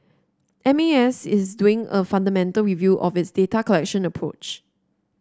M A S is doing a fundamental review of its data collection approach